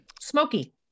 Smoky